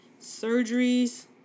surgeries